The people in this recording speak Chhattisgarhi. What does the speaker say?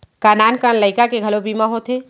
का नान कन लइका के घलो बीमा होथे?